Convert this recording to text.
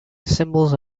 symbols